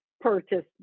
purchase